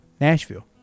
nashville